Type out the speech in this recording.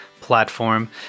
platform